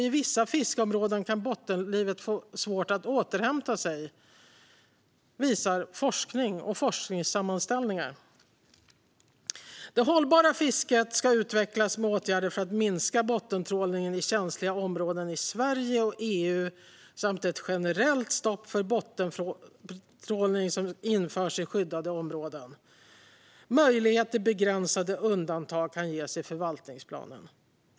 I vissa fiskeområden kan bottenlivet få svårt att återhämta sig, visar forskning och forskningssammanställningar. Det hållbara fisket ska utvecklas genom åtgärder för att minska bottentrålningen i känsliga områden i Sverige och EU samt genom ett generellt stopp för bottentrålning som införs i skyddade områden. Möjlighet till begränsade undantag kan ges i förvaltningsplanen.